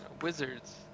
wizards